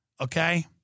okay